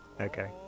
Okay